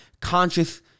conscious